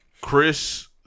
Chris